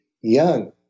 young